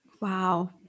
Wow